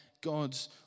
God's